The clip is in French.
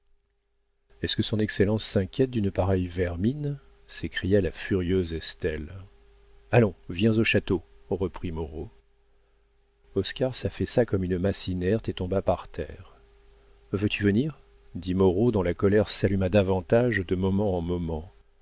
est-ce que son excellence s'inquiète d'une pareille vermine s'écria la furieuse estelle allons viens au château reprit moreau oscar s'affaissa comme une masse inerte et tomba par terre veux-tu venir dit moreau dont la colère s'alluma davantage de moment en moment